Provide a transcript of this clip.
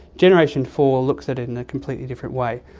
generation four looks at it in a completely different way,